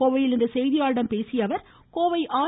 கோவையில் இன்று செய்தியாளர்களிடம் பேசிய அவர் கோவை ஆர்